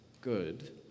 good